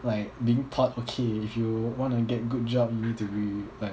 like being taught okay if you wanna get good job you need to be like